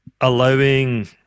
allowing